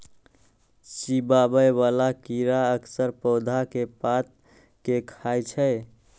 चिबाबै बला कीड़ा अक्सर पौधा के पात कें खाय छै